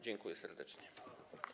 Dziękuję serdecznie.